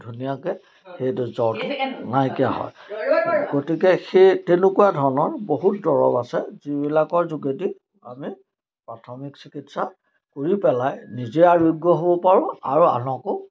ধুনীয়াকৈ সেইটো জ্বৰ নাইকিয়া হয় গতিকে সেই তেনেকুৱা ধৰণৰ বহুত দৰৱ আছে যিবিলাকৰ যোগেদি আমি প্ৰাথমিক চিকিৎসা কৰি পেলাই নিজে আৰোগ্য হ'ব পাৰোঁ আৰু আনকো